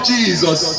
Jesus